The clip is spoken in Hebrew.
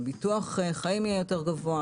ביטוח חיים יהיה יותר גבוה.